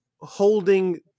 holding